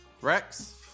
Rex